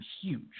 huge